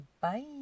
Bye